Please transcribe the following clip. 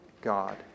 God